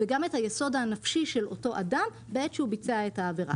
וגם את היסוד הנפשי של אותו אדם בעת שהוא ביצע את העבירה.